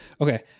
okay